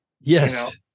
Yes